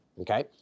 Okay